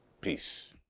Peace